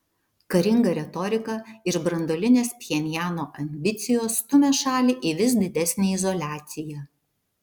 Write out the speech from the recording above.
karinga retorika ir branduolinės pchenjano ambicijos stumia šalį į vis didesnę izoliaciją